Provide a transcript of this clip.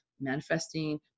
manifesting